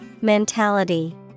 Mentality